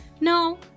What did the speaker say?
No